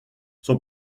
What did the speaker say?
son